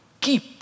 keep